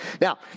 Now